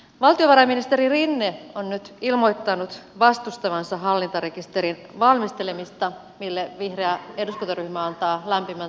valtiovarainministeri rinne on nyt ilmoittanut vastustavansa hallintarekisterin valmistelemista mille vihreä eduskuntaryhmä antaa lämpimän tukensa